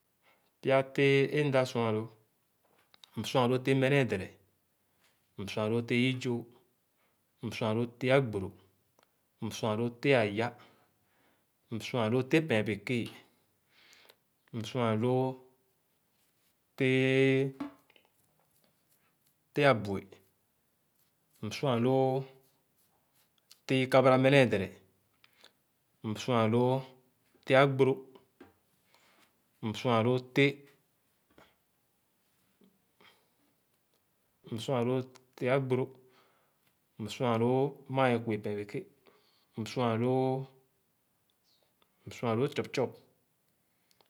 Pya tẽh é mda sua lõõ. Msua looteh mene-adere, msua lõõ tẽh ipzoo, msua lõõ teh agboro, msua lõõ tẽh ayãh, msua lõõ tẽh pɛɛn bekee, msua lõõ tẽh abu-é, msua lõõ tẽh ikabara mene-adere, msua lõõ tẽh agbòró, msua lõõ tẽh, msua lõõ tẽh agbòró, msua lõõ, mãã bẽẽ kue pɛɛn beke, msua lõõ, msua lõõ chop-chop